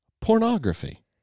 pornography